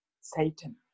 Satan